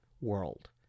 world